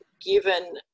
given